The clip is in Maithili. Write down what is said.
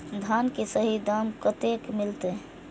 धान की सही दाम कते मिलते?